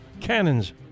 cannons